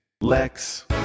Lex